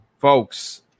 folks